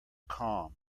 calm